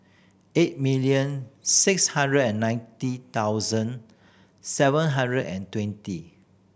eight million six hundred and ninety thousand seven hundred and twenty